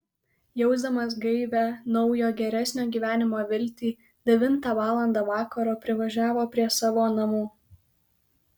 jausdamas gaivią naujo geresnio gyvenimo viltį devintą valandą vakaro privažiavo prie savo namų